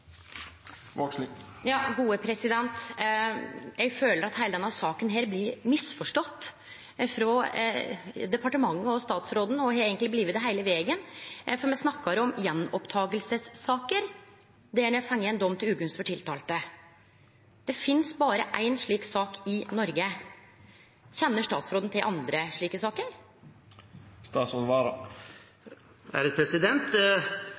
Eg føler at heile denne saka blir misforstått frå departementet og statsråden si side, og eigentleg har blitt det heile vegen. Me snakkar om saker som blir tekne opp att, der ein har fått ein dom som ikkje er til gunst for tiltalte. Det finst berre éi slik sak i Noreg. Kjenner statsråden til andre slike saker?